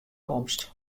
komst